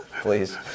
please